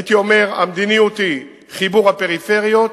הייתי אומר שהמדיניות היא חיבור הפריפריות,